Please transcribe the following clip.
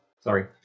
sorry